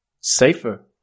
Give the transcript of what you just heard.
Safer